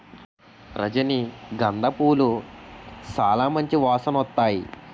రజనీ గంధ పూలు సాలా మంచి వాసనొత్తాయి